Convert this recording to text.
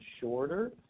shorter